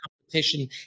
competition